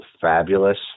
fabulous